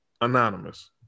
Anonymous